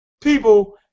People